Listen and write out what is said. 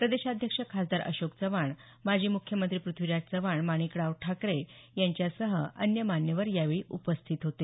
प्रदेशाध्यक्ष खासदार अशोक चव्हाण माजी मुख्यमंत्री पुथ्वीराज चव्हाण माणिकराव ठाकरे यांच्यासह अन्य मान्यवर यावेळी उपस्थित होते